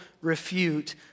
refute